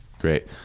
Great